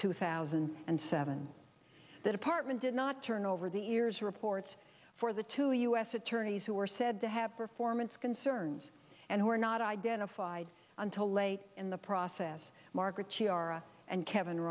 two thousand and seven the department did not turn over the ears reports for the two u s attorneys who are said to have performance concerns and were not identified until late in the process margaret g r s and kevin